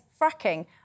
fracking